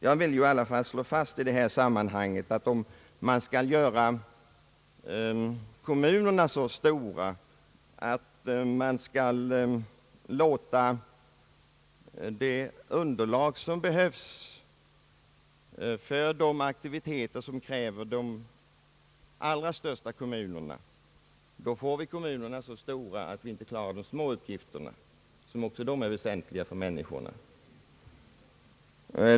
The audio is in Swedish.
Jag vill i alla fall i detta sammanhang slå fast att om man skall göra kommunerna så stora att de kan bilda underlag för de aktiviteter som kräver det största underlaget kommer de inte att klara de små uppgifterna — som också de är väsentliga för människorna.